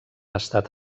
estat